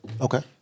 Okay